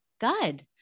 Good